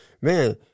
man